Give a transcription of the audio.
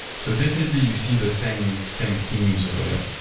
so definitely, you see the same same themes over there.